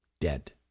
Dead